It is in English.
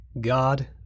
God